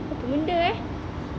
apa benda eh